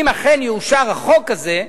אם אכן יאושר החוק הזה,